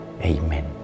Amen